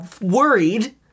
...worried